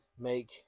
make